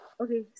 Okay